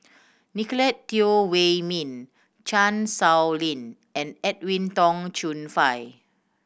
Nicolette Teo Wei Min Chan Sow Lin and Edwin Tong Chun Fai